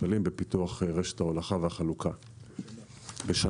שקלים בפיתוח רשת ההולכה והחלוקה לשנה,